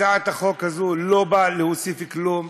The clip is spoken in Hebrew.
הצעת החוק הזאת לא באה להוסיף כלום.